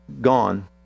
gone